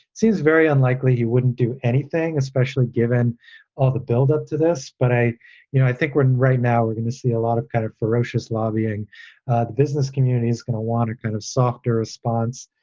seems very unlikely. he wouldn't do anything, especially given all the build up to this. but i you know, i think when right now we're going to see a lot of kind of ferocious lobbying. the business community is going to want a kind of softer response.